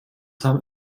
haben